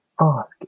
ask